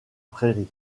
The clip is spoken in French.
prairies